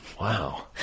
Wow